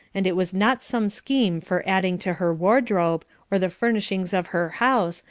and it was not some scheme for adding to her wardrobe, or the furnishings of her house,